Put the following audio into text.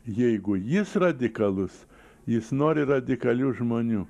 jeigu jis radikalus jis nori radikalių žmonių